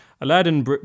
Aladdin